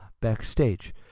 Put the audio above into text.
backstage